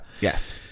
Yes